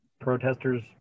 protesters